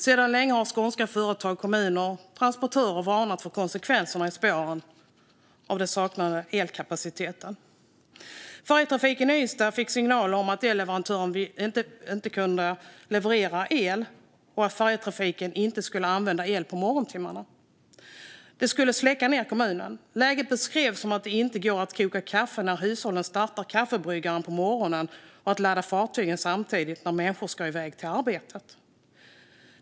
Sedan länge har skånska företag, kommuner och transportörer varnat för konsekvenserna i spåren av den saknade elkapaciteten. Färjetrafiken i Ystad fick signaler om att elleverantören inte kunde leverera el och att färjetrafiken inte skulle använda el på morgontimmarna. Det skulle släcka ned kommunen. Läget beskrevs som att människor inte kan starta kaffebryggaren på morgonen innan de ska i väg till arbetet samtidigt som fartygen ska laddas.